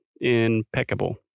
impeccable